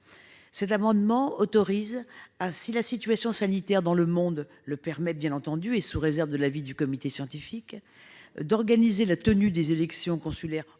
Cet amendement tend à autoriser, si la situation sanitaire dans le monde le permet, bien entendu, et sous réserve de l'avis du comité scientifique, la tenue des élections consulaires plus